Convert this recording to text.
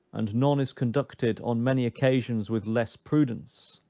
and none is conducted, on many occasions, with less prudence,